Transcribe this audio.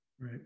Right